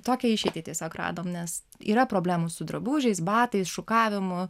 tokią išeitį tiesiog radom nes yra problemų su drabužiais batais šukavimu